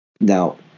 Now